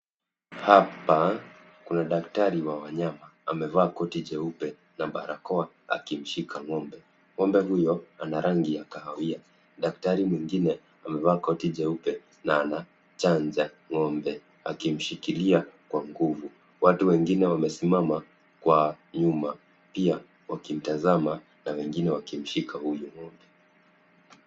Hapa, kuna daktari wa wanyama, amevaa koti jeupe na barakoa akimshika ng'ombe. Ng'ombe huyo ana rangi ya kahawia. Daktari mwingine amevaa koti jeupe na anachanja ng'ombe akimshikilia kwa nguvu. Watu wengine wamesimama kwa nyuma pia wakimtazama na wengine wakimshika huyo ng'ombe.